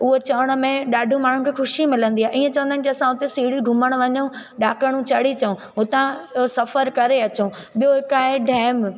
उहो चढ़ण में ॾाढो माण्हुनि खे ख़ुशी मिलंदी आहे इअं चवंदा आहिनि की असां हुते सीड़ियूं घुमण वञूं ॾांकणूं चढ़ी अचूं हुतां जो सफ़रु करे अचूं ॿियो हिकु आहे डैम